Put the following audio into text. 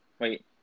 Wait